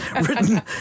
written